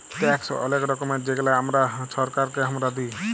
tax অলেক রকমের যেগলা আমরা ছরকারকে আমরা দিঁই